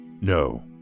No